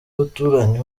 abaturanyi